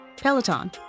Peloton